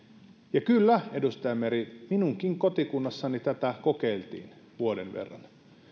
ja kyllä edustaja meri minunkin kotikunnassani tätä kokeiltiin vuoden verran